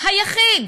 היחיד